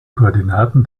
koordinaten